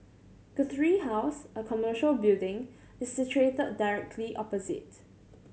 Guthrie House a commercial building is situated directly opposite